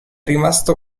rimasto